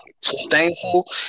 sustainable